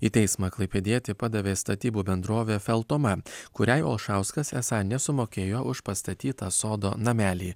į teismą klaipėdietį padavė statybų bendrovė feltoma kuriai olšauskas esą nesumokėjo už pastatytą sodo namelį